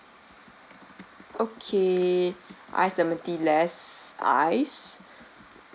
okay ice lemon tea less ice